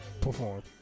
perform